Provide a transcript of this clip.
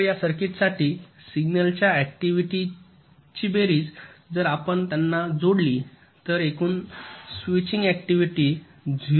तर या सर्किटसाठी सिग्नलच्या ऍक्टिव्हिटी ची बेरीज जर आपण त्यांना जोडली तर एकूण स्विचिंग ऍक्टिव्हिटी 0